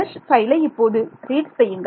mesh பைலை இப்போது read செய்யுங்கள்